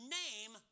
name